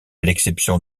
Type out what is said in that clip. l’exception